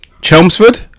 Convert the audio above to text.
Chelmsford